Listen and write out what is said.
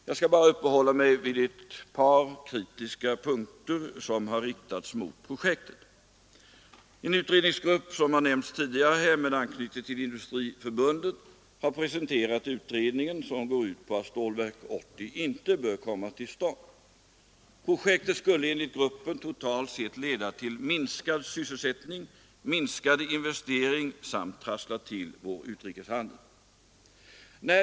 Jag skall bara uppehålla mig vid ett par kritiska synpunkter som anförts mot projektet. En grupp med anknytning till Industriförbundet har — som nämnts tidigare — presenterat en utredning som går ut på att Stålverk 80 inte bör komma till stånd. Projektet skulle enligt gruppen totalt sett leda till minskad sysselsättning och minskad investering samt trassla till vår utrikeshandel.